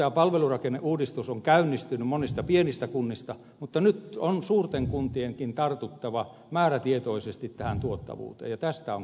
tämä palvelurakenneuudistus on käynnistynyt monista pienistä kunnista mutta nyt on suurten kuntienkin tartuttava määrätietoisesti tuottavuuteen ja tästä on kysymys